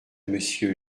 monsieur